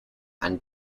and